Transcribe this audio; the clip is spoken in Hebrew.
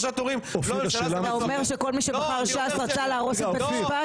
אתה אומר שכל מי שבחר ש"ס רצה להרוס את בית המשפט?